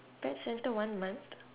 pet centre one month